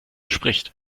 spricht